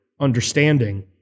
understanding